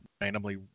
Randomly